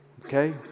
okay